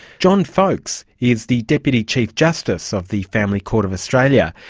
john faulks is the deputy chief justice of the family court of australia.